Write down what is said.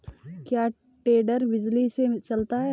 क्या टेडर बिजली से चलता है?